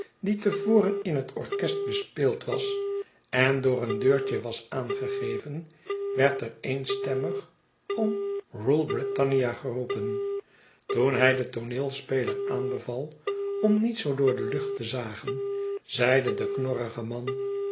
die te voren in het orchest bespeeld was en door een deurtje was aangegeven werd ereenstemmig om rule britannia geroepen toen hij den tooneelspeler aanbeval om niet zoo door de lucht te zagen zeide de knorrige man